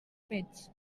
pets